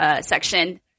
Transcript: section